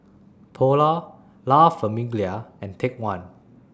Polar La Famiglia and Take one